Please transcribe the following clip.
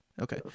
Okay